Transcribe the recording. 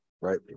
Right